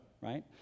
right